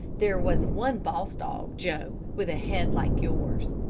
there was one boss dog, joe, with a head like yours.